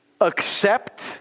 accept